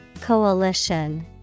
Coalition